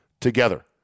together